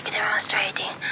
demonstrating